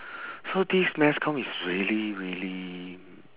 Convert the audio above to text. so this mass com is really really